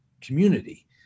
community